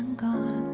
go